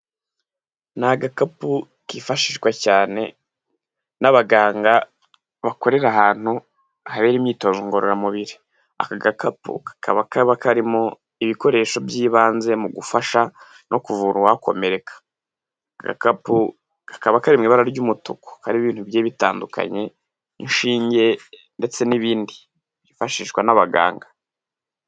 Ni agakapu kifashishwa cyane n'abaganga bakorera ahantu habereye imyitozo ngororamubiri, aka gakapu kakaba kaba karimo ibikoresho by'ibanze mu gufasha no kuvura uwakomereka, aka gakapu kakaba kari mu ibara ry'umutuku karimo ibintu bigiye bitandukanye, inshinge ndetse n'ibindi byifashishwa n'abaganga.